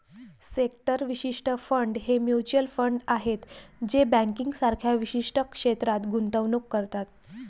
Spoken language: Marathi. सेक्टर विशिष्ट फंड हे म्युच्युअल फंड आहेत जे बँकिंग सारख्या विशिष्ट क्षेत्रात गुंतवणूक करतात